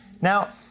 Now